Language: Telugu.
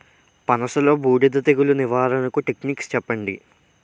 పనస లో బూడిద తెగులు నివారణకు టెక్నిక్స్ చెప్పండి?